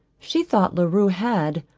she thought la rue had,